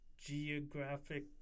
Geographic